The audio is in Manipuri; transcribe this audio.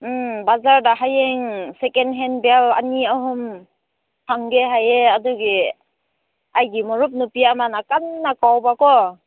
ꯎꯝ ꯕꯖꯥꯔꯗ ꯍꯌꯦꯡ ꯁꯦꯀꯦꯟ ꯍꯦꯟ ꯕꯦꯜ ꯑꯅꯤ ꯑꯍꯨꯝ ꯐꯪꯒꯦ ꯍꯥꯏꯌꯦ ꯑꯗꯨꯒꯤ ꯑꯩꯒꯤ ꯃꯔꯨꯞ ꯅꯨꯄꯤ ꯑꯃꯅ ꯀꯟꯅ ꯀꯧꯕ ꯀꯣ